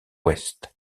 ouest